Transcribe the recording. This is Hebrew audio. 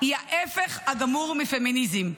היא ההפך הגמור מפמיניזם,